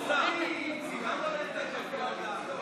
מזמן לא העברתם משרדים.